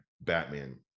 Batman